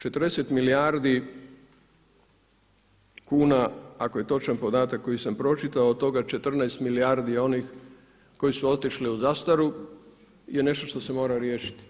40 milijardi kuna ako je točan podatak koji sam pročitao, od toga 14 milijardi onih koji su otišli u zastaru je nešto što se mora riješiti.